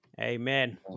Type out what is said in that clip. Amen